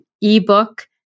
e-book